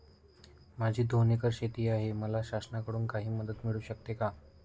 माझी दोन एकर शेती आहे, मला शासनाकडून काही मदत मिळू शकते का?